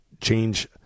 change